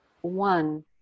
one